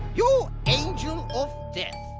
your angel of death!